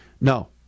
no